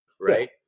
right